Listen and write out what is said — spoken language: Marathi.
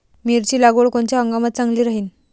मिरची लागवड कोनच्या हंगामात चांगली राहीन?